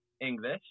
English